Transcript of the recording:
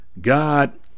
God